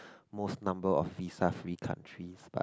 most number of visa free countries but